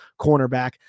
cornerback